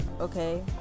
Okay